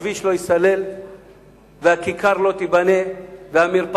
הכביש לא ייסלל והכיכר לא תיבנה והמרפאה